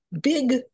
big